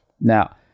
now